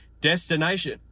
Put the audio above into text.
destination